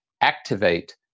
activate